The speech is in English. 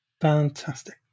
fantastic